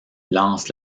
lance